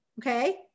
okay